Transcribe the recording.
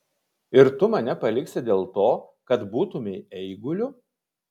ir tu mane paliksi dėl to kad būtumei eiguliu